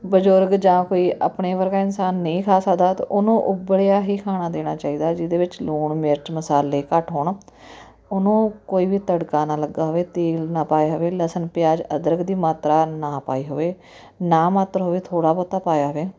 ਬਜ਼ੁਰਗ ਜਾਂ ਕੋਈ ਆਪਣੇ ਵਰਗਾ ਇਨਸਾਨ ਨਹੀਂ ਖਾ ਸਕਦਾ ਅਤੇ ਉਹਨੂੰ ਉਬਲਿਆ ਹੀ ਖਾਣਾ ਦੇਣਾ ਚਾਹੀਦਾ ਜਿਹਦੇ ਵਿੱਚ ਲੂਣ ਮਿਰਚ ਮਸਾਲੇ ਘੱਟ ਹੋਣ ਉਹਨੂੰ ਕੋਈ ਵੀ ਤੜਕਾ ਨਾ ਲੱਗਾ ਹੋਵੇ ਤੇਲ ਨਾ ਪਾਇਆ ਹੋਵੇ ਲਸਣ ਪਿਆਜ ਅਦਰਕ ਦੀ ਮਾਤਰਾ ਨਾ ਪਾਈ ਹੋਵੇ ਨਾ ਮਾਤਰ ਹੋਵੇ ਥੋੜ੍ਹਾ ਬਹੁਤਾ ਪਾਇਆ ਹੋਵੇ